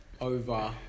over